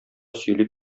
сөйли